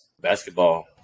basketball